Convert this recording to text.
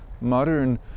Modern